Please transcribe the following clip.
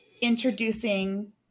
introducing